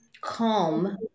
calm